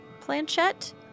Planchette